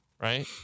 right